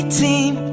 team